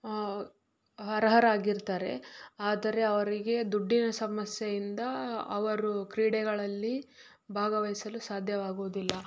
ಅರ್ಹರಾಗಿರ್ತಾರೆ ಆದರೆ ಅವರಿಗೆ ದುಡ್ಡಿನ ಸಮಸ್ಯೆಯಿಂದ ಅವರು ಕ್ರೀಡೆಗಳಲ್ಲಿ ಭಾಗವಹಿಸಲು ಸಾಧ್ಯವಾಗುವುದಿಲ್ಲ